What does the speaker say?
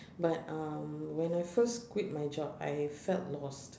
but um when I first quit my job I felt lost